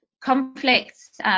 conflicts